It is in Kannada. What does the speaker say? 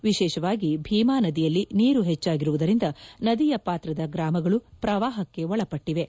ವಿಶೇಷವಾಗಿ ಭೀಮಾ ನದಿಯಲ್ಲಿ ನೀರು ಹೆಚ್ಚಾಗಿರುವುದರಿಂದ ನದಿಯ ಪಾತ್ರದ ಗ್ರಾಮಗಳು ಪ್ರವಾಹಕ್ಕೆ ಒಳಪಟ್ಟಿವೆ